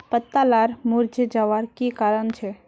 पत्ता लार मुरझे जवार की कारण छे?